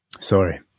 Sorry